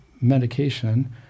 medication